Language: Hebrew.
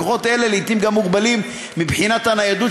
לקוחות אלה לעתים גם מוגבלים מבחינת הניידות